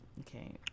Okay